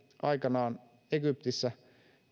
aikanaan egyptissä